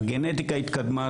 הגנטיקה התקדמה.